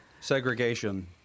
segregation